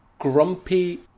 Grumpy